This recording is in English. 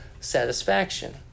satisfaction